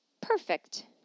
perfect